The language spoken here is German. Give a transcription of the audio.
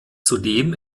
zudem